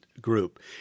group